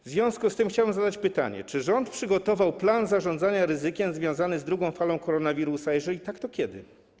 W związku z tym chciałbym zadać pytania: Czy rząd przygotował plan zarządzania ryzykiem związany z drugą falą koronawirusa, a jeżeli tak, to kiedy?